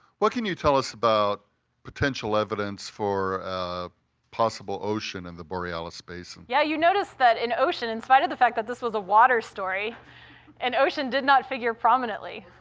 what can you tell us about potential evidence for a possible ocean in the borealis basin? yeah, you notice that an ocean in spite of the fact that this was a water story an ocean did not figure prominently.